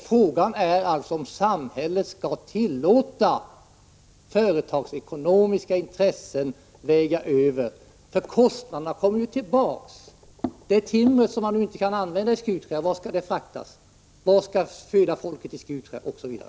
Frågan är alltså om samhället skall tillåta företagsekonomiska intressen att väga över. Kostnaderna kommer ju tillbaka. Det timmer man nu inte kan använda i Skutskär, vart skall det fraktas? Vad skall föda folket i Skutskär?